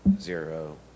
zero